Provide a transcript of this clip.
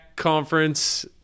conference